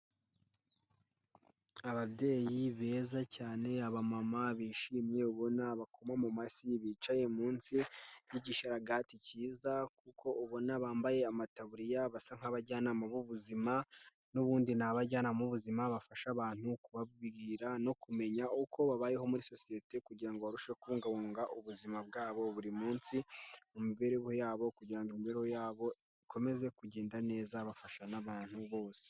Ababyeyi beza cyane, abamama bishimye, ubona bakoma mu mashyi, bicaye munsi y'igisharagati cyiza kuko ubona bambaye amataburiya, basa nk'abajyanama b'ubuzima n'ubundi ni abajyanama b'ubuzima, bafasha abantu kubabwira no kumenya uko babayeho muri sosiyete kugira ngo barusheho kubungabunga ubuzima bwabo buri munsi, mu mibereho yabo kugira ngo imibereho yabo ikomeze kugenda neza, bafasha n'abantu bose.